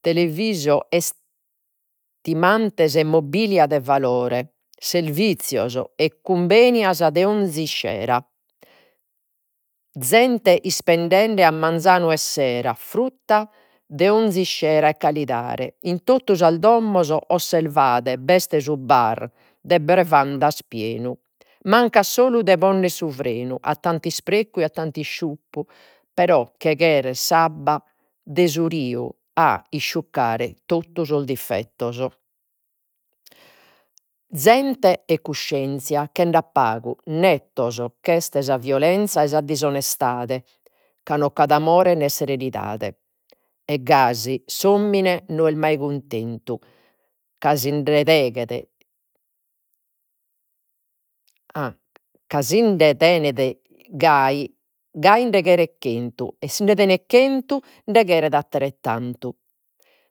Televisio e mobilia de valore, servizios e cumbenias de 'onzi iscera. Zente ispendende a manzanu e sera, frutta de 'onzi iscera e calidade, in totu sas domos ossevade, b'est su bar de pienu. Mancat solu de ponner su frenu a tantu isprecu, e tantu però che cheret s'abba de su riu a isciuccare tottu sos diffettos. Zente e cussienzia chend'at pagu, nettos ch'est violenzia, e sa disonestade, ca no c'at amore nè serenidade e gasi s'omine no est mai cuntentu. Ca deghet ca sinde tenet gai, gai nde cheret, e sinde tenet chentu, nde cheret atterettantu,